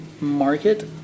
Market